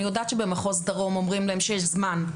אני יודעת שבמחוז דרום אומרים שיש זמן.